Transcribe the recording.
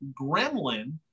Gremlin